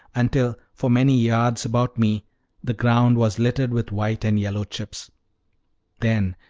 until for many yards about me the ground was littered with white and yellow chips then,